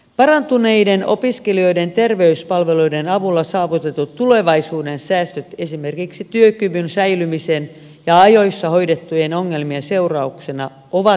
parantuneiden opiskelijoiden terveyspalveluiden avulla saavutetut tulevaisuuden säästöt esimerkiksi työkyvyn säilymisen ja ajoissa hoidettujen ongelmien seurauksena ovat merkittävät